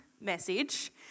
message